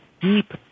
deep